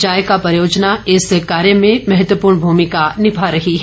जायका परियोजना इस कार्य में महत्वपूर्ण भूमिका निमा रही है